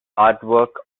artwork